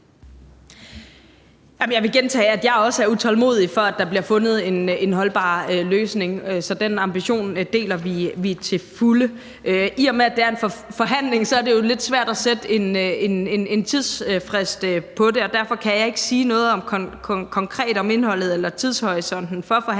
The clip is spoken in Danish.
Jeg vil gentage, at jeg også er utålmodig efter, at der bliver fundet en holdbar løsning. Så den ambition deler vi til fulde. I og med at det er en forhandling, er det jo lidt svært at sætte en tidsfrist på det, og derfor kan jeg ikke sige noget konkret om indholdet eller tidshorisonten for forhandlingerne.